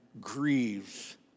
grieves